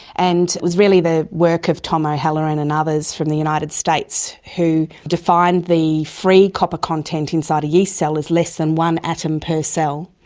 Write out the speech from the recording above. and it was really the work of tom o'halloran and others from the united states who defined the free copper content inside a yeast cell as less than one atom per cell,